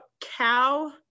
cow